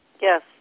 Yes